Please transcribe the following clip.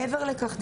מעבר לכך,